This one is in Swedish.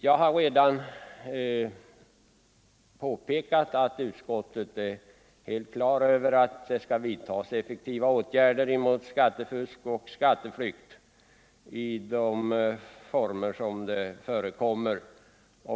Som jag redan framhållit är utskottet helt på det klara med att effektiva åtgärder måste vidtas mot skattefusk och skatteflykt, där sådant förekommer.